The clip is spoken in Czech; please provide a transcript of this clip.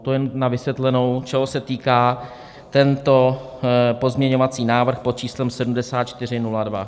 To jen na vysvětlenou, čeho se týká tento pozměňovací návrh pod číslem 7402.